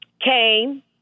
came